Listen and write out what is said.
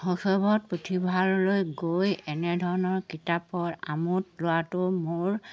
শৈশৱত পুথিভঁৰাললৈ গৈ এনেধৰণৰ কিতাপৰ আমোদ লোৱাটো মোৰ